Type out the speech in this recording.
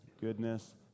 goodness